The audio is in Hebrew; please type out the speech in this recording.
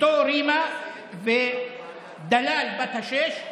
אשתו רימה ודלאל בת השש,